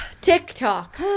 tiktok